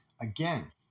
Again